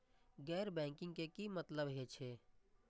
गैर बैंकिंग के की मतलब हे छे?